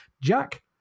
Jack